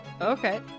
Okay